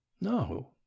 No